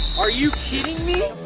are you kidding me?